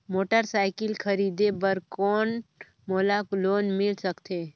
Motorcycle खरीदे बर कौन मोला लोन मिल सकथे?